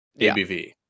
ABV